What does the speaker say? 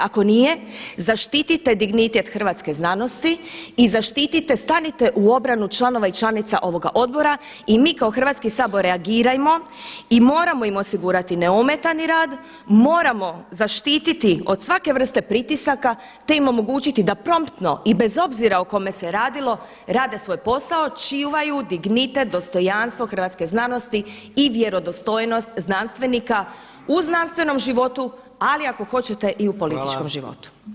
Ako nije, zaštitite dignitet hrvatske znanosti i zaštitite stanite u obranu članova i članica ovoga odbora i mi kao Hrvatski sabor reagirajmo i moramo im osigurati neometani rad, moramo zaštititi od svake vrste pritisaka te im omogućiti da promptno i bez obzira o kome se radilo rade svoj posao čuvaju dignitet, dostojanstvo hrvatske znanosti i vjerodostojnost znanstvenika u znanstvenom životu, ali ako hoćete i u političkom životu.